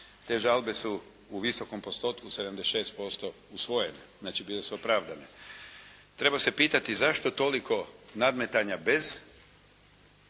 Te žalbe su u visokom postotku 76% usvojene. Znači, bile su opravdane. Treba se pitati zašto toliko nadmetanja bez